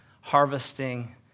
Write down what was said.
harvesting